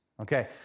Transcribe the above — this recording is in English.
Okay